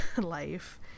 life